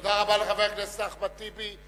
תודה רבה לחבר הכנסת אחמד טיבי.